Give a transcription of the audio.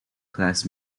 class